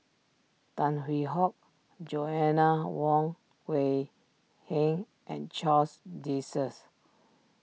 Tan Hwee Hock Joanna Wong Quee Heng and Charles desserts